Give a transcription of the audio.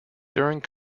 during